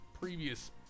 previous